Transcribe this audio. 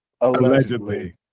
Allegedly